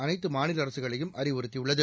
அனைத்து மாநில அரசுகளையும் அறிவுறுத்தியுள்ளது